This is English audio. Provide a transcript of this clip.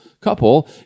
couple